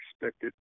expected